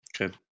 okay